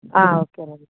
okay రండి